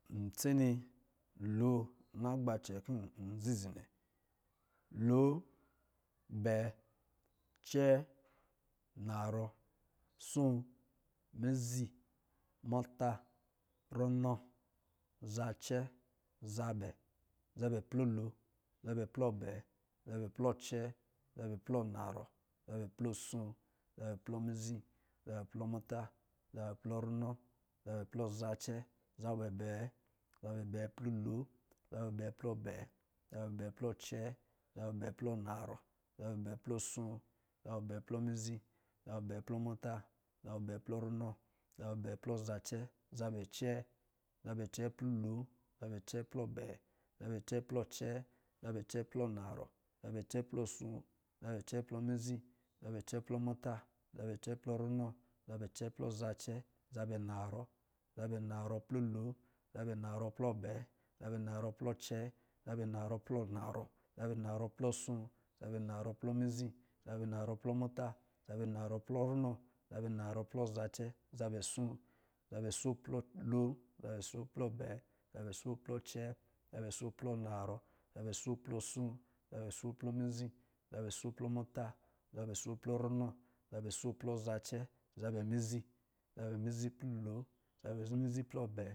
Ntse lo na gba cɛn nzizi nnɛ lo, abɛɛ, acɛɛ, anarɔ, asoo, mizi, muta, runɔ, zacɛ, zabɛ, zabɛ plɔ lo zabɛ plɔ abɛɛ, zabɛ plɔ acɛɛ, zabɛ plɔ narɔ, zabɛ plɔ, asoo zabɛ, plɔ mizi, zabɛ plɔ muta, zabɛ plɔ runɔ zabɛ plɔ zacɛ, zabɛ abɛɛ zabɛ abɛɛ plɔ lon, zabɛ abɛɛ plɔ abɛɛ, zabɛ abɛɛ plɔ acɛɛ, zabɛ abɛɛ plɔ narɔ, zabɛ abɛɛ plɔ asoo zabɛ abɛɛ plɔ mizi, zabɛ abɛɛ plɔ muta zabɛ abɛɛ, plɔ runɔ, zabɛ absɛɛ plɔ, zacɛ, zabɛ acɛɛ, zabɛ acɛɛ plɔ lo, zabɛ acɛɛ plɔ abɛɛ, zabɛ acɛɛ plɔ acɛɛ, zabɛ acɛɛ plɔ nrɔ zabɛ acɛɛ plɔ asoo, zabɛ acɛɛ plɔ mizi, zabɛ acɛɛ plɔ muta, zabɛ acɛɛ plɔ runɔ, zabɛ acɛɛ plɔ zacɛ, zabɛ anarɔ, zabɛ anarɔ plɔ lon. zabɛ anarɔ plɔ abɛɛ, zabɛ anarɔ plɔ asoo, zabɛ anarɔ plɔ mizi, zabɛ anarɔ plɔ muta, zabɛ anarɔ plɔ runɔ, zabɛ anarɔ plɔ zacɛ, zabɛ asoo zabɛ asoo plɔ lon, zabɛ asoo plɔ abɛɛ, zabɛ asoo plɔ acɛɛ, zabɛ asoo plɔ anarɔ, zabɛ asoo plɔ asoo, zabɛ asoo plɔ mizi, zabɛ asoo plɔ muta, zabɛ asoo plɔ runɔ zabɛ asoo plɔ zacɛ, zabɛ mizi, zabɛ mizi plɔ lo, zabɛ mizi plɔ abɛɛ